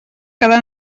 quedar